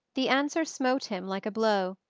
the answer smote him like a blow,